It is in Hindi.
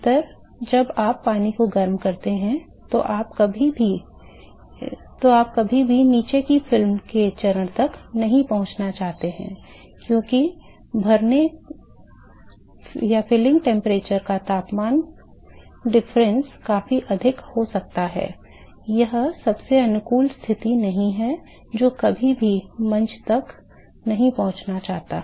अधिकतर जब आप पानी को गर्म करते हैं तो आप कभी भी नीचे की फिल्म के चरण तक नहीं पहुंचना चाहते हैं क्योंकि भरने के तापमान का तापमान अंतर काफी अधिक हो सकता है यह सबसे अनुकूल स्थिति नहीं है जो कभी भी मंच तक नहीं पहुंचना चाहता